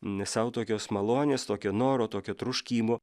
ne sau tokios malonės tokio noro tokio troškimo